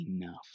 enough